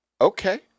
Okay